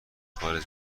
خارج